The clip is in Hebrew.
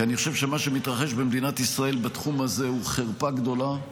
כי אני חושב שמה שמתרחש במדינת ישראל בתחום הזה הוא חרפה גדולה,